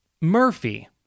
Murphy